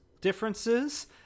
differences